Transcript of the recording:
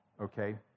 okay